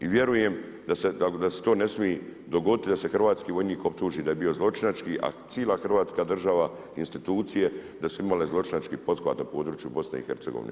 I vjerujem da se to ne smije dogoditi da se hrvatski vojnik da se optuži da je bio zločinački, a cijela Hrvatska država, institucije, da su imali zločinački pothvat na području BIH.